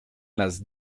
las